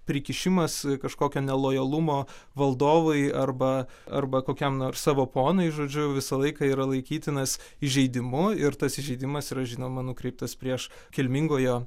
prikišimas kažkokio nelojalumo valdovui arba arba kokiam nors savo ponui žodžiu visą laiką yra laikytinas įžeidimu ir tas įžeidimas yra žinoma nukreiptas prieš kilmingojo